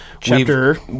Chapter